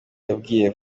yabwiye